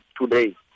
today